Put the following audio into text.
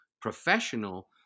professional